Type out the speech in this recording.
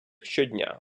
щодня